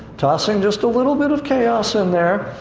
tossing just a little bit of chaos in there.